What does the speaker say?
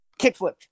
Kickflip